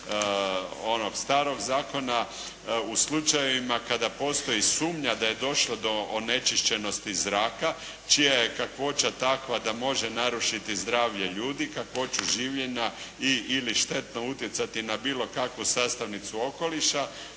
onog starog zakona, u slučajevima kada postoji sumnja da je došlo do onečišćenosti zraka čija je kakvoća takva da može narušiti zdravlje ljudi, kakvoću življenja i/ili štetno utjecati na bilo kakvu sastavnicu okoliša